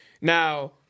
Now